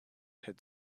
had